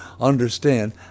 understand